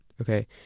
okay